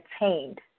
attained